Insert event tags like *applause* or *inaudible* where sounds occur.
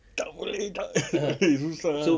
tak boleh *laughs* susah